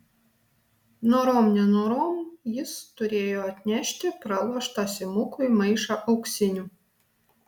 norom nenorom jis turėjo atnešti praloštą simukui maišą auksinių